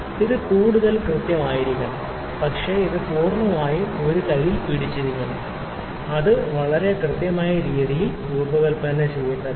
ഇത് കൂടുതൽ കൃത്യമായിരിക്കണം പക്ഷേ ഇത് പൂർണ്ണമായും ഒരു കൈയിൽ പിടിച്ചിരിക്കണം അത് വളരെ കൃത്യമായ രീതിയിൽ രൂപകൽപ്പന ചെയ്യേണ്ടതില്ല